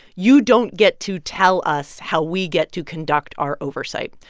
you don't get to tell us how we get to conduct our oversight.